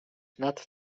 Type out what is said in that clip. nad